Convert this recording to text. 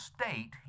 state